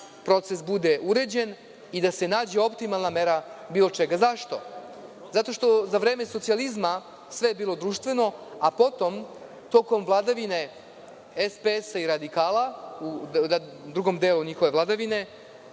proces bude uređen i da se nađe optimalna mera bilo čega.Zašto? Zato što je za vreme socijalizma sve bilo društveno, a potom, tokom vladavine SPS i radikala, u drugom delu njihove vladavine,